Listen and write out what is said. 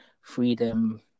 freedom